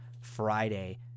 Friday